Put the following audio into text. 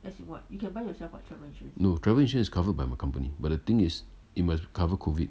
no travel insurance is covered by my company but the thing is you must cover COVID